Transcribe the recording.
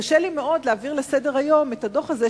שקשה לי מאוד לעבור לסדר-היום עם הדוח הזה,